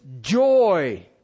joy